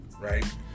right